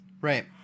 Right